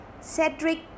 Cedric